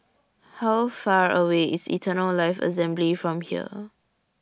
How Far away IS Eternal Life Assembly from here